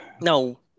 No